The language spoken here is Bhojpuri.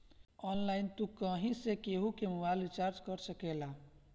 ऑनलाइन तू कहीं से केहू कअ मोबाइल रिचार्ज कर सकेला